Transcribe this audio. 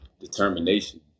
determination